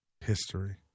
history